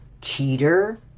cheater